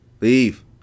Leave